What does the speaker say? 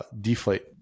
deflate